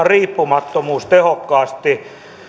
riippumattomuus tehokkaasti